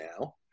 now